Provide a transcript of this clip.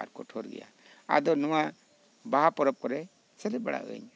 ᱟᱨ ᱠᱳᱴᱷᱳᱨ ᱜᱮᱭᱟ ᱟᱫᱚ ᱱᱚᱶᱟ ᱵᱟᱦᱟ ᱯᱚᱨᱚᱵᱽ ᱠᱚᱨᱮ ᱥᱮᱞᱮᱫ ᱵᱟᱲᱟᱜ ᱟᱹᱧ